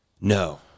no